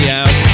out